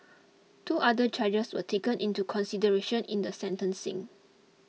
two other charges were taken into consideration in the sentencing